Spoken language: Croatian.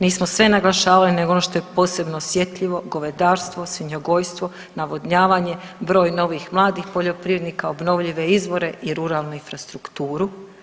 Nismo sve naglašavali, nego ono što je posebno osjetljivo govedarstvo, svinjogojstvo, navodnjavanje, broj novih mladih poljoprivrednika, obnovljive izvore i ruralnu infrastrukturu.